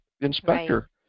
inspector